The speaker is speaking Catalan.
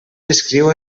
descriu